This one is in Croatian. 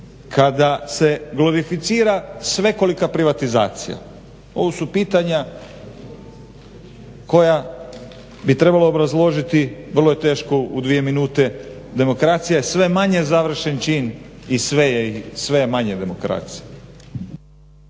kada se glorificira svekolika privatizacija? Ovo su pitanja koja bi trebalo obrazložiti, vrlo je teško u dvije minute, demokracija je sve manje završen čin i sve je manje demokracije.